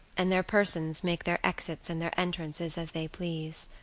and their persons make their exits and their entrances as they please,